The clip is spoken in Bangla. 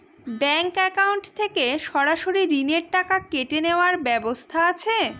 ব্যাংক অ্যাকাউন্ট থেকে সরাসরি ঋণের টাকা কেটে নেওয়ার ব্যবস্থা আছে?